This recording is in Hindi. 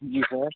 जी सर